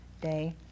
day